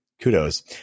kudos